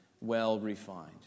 well-refined